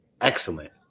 Excellent